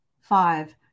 five